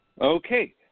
Okay